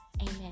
amen